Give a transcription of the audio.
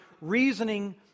reasoning